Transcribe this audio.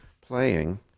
playing